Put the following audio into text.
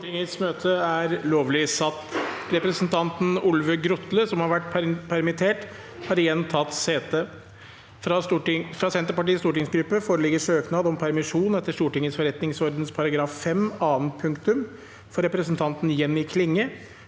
Presidenten Representanten Olve Grot- le, som har vært permittert, har igjen tatt sete. Fra Senterpartiets stortingsgruppe foreligger søknad om permisjon etter Stortingets forretningsorden § 5 annet punktum for representanten Jenny Klinge